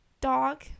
dog